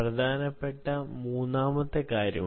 പ്രധാനപ്പെട്ട മൂന്നാമതൊരു കാര്യമുണ്ട്